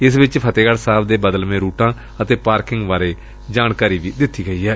ਇਸ ਵਿਚ ਫਤਹਿਗਤ੍ਹ ਸਾਹਿਬ ਦੇ ਬਦਲਵੇਂ ਰੂਟਾਂ ਅੇਤ ਪਾਰਕਿੰਗ ਬਾਰੇ ਜਾਣਕਾਰੀ ਦਿੱਤੀ ਗਈ ਏ